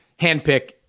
handpick